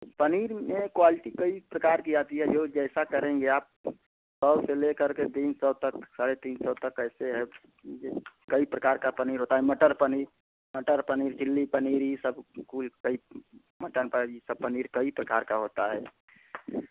पनीर में क्वालिटी कई प्रकार की आती है जो जैसा करेंगे आप सौ से ले करके तीन सौ तक साढ़े तीन सौ तक ऐसे हैं कई प्रकार का पनीर होता है मटर पनीर मटर पनीर चिल्ल पनीर ये सब कुल कई मटन पाजी सब पनीर कई प्रकार का होता है